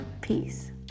peace